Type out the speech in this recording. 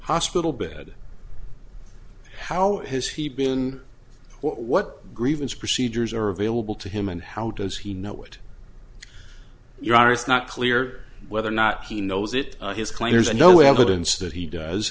hospital bed how has he been what grievance procedures are available to him and how does he know what you are it's not clear whether or not he knows it his claims and no evidence that he does